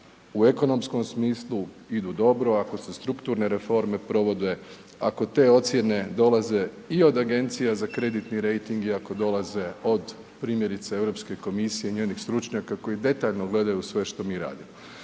u ekonomskom smislu idu dobro, ako se strukturne reforme provode, ako te ocijene dolaze i od Agencija za kreditni rejting i ako dolaze od primjerice Europske komisije i njenih stručnjaka koji detaljno gledaju sve što mi radimo.